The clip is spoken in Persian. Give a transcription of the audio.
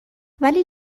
ولی